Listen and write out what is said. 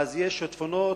גורם לשיטפונות,